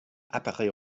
apparait